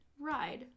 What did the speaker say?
ride